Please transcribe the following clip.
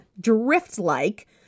drift-like